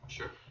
Sure